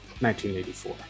1984